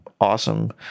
awesome